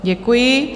Děkuji.